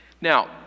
now